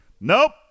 Nope